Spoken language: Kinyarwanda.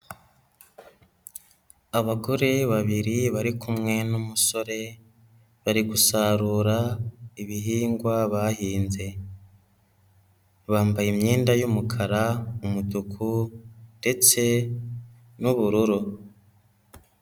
Abagore babiri bari kumwe n'umusore, bari gusarura ibihingwa bahinze. Bambaye imyenda y'umukara, umutuku, ndetse n'ubururu.